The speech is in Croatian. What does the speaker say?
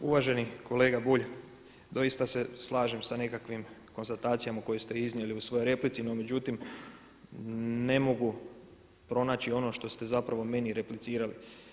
Uvaženi kolega Bulj, doista se slažem sa nekakvim konstatacijama koje ste iznijeli u svojoj replici, no međutim ne mogu pronaći ono što ste zapravo meni replicirali.